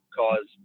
cause